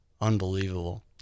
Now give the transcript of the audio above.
Unbelievable